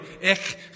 Ich